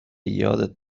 یادت